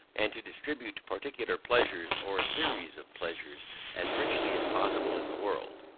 and to distribute particular pleasures or series of pleasures as richly as possible in the world.